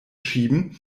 schieben